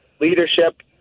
leadership